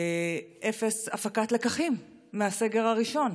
הפקת לקחים מהסגר הראשון.